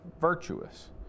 virtuous